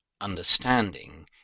understanding